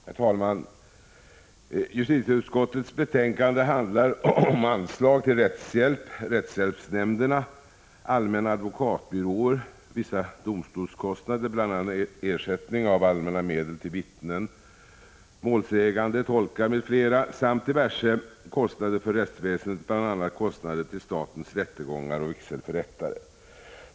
Herr talman! Justitieutskottets betänkande handlar om anslag till rättshjälp, rättshjälpsnämnderna, allmänna advokatbyråer, vissa domstolskostnader, bl.a. ersättning av allmänna medel till vittnen, målsägande, tolkar m.fl. samt diverse kostnader för rättsväsendet, bl.a. kostnader för statens rättegångar och vigselförrättare.